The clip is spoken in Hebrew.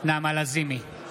נעמה לזימי,